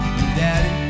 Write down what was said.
Daddy